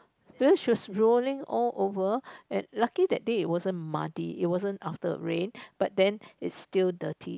because she was rolling all over and lucky that day it wasn't muddy it wasn't after rain but then it still dirty